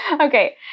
Okay